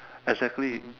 exactly